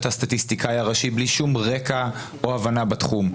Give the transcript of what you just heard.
הסטטיסטיקאי הראשי בלי שום רקע או הבנה בתחום.